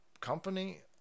company